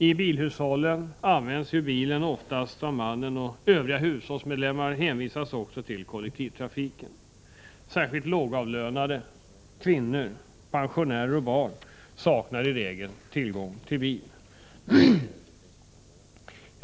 I bilhushållen används bilen oftast av mannen, och övriga hushållsmedlemmar hänvisas till kollektivtrafiken. Särskilt lågavlönade, kvinnor, pensionärer och barn saknar i regel tillgång till bil.